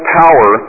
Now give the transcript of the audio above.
power